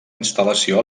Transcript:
instal·lació